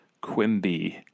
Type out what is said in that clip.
Quimby